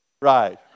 Right